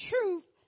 truth